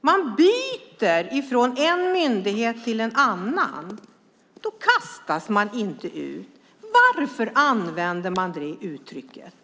Man byter från en myndighet till en annan. Då kastas man inte ut. Varför använder ni det uttrycket?